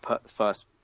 first